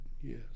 Yes